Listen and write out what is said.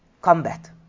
combat